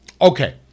Okay